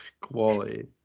quality